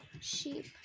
sheep